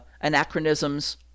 anachronisms